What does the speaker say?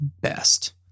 best